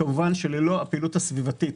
כמובן שללא הפעילות הסביבתית